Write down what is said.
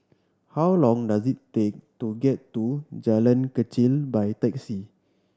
how long does it take to get to Jalan Kechil by taxi